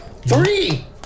three